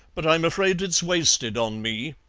but i'm afraid it's wasted on me,